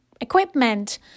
equipment